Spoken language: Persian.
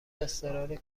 اضطراری